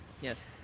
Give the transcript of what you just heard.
Yes